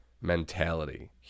mentality